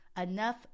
enough